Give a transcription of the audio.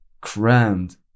crammed